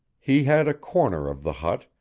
he had a corner of the hut,